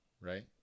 Right